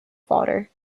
fodder